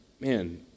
man